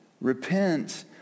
Repent